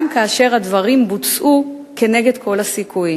גם כאשר הדברים בוצעו כנגד כל הסיכויים,